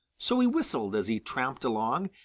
so he whistled as he tramped along,